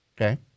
Okay